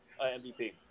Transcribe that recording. MVP